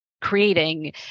creating